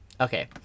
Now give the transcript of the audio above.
Okay